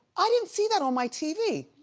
i didn't see that on my tv.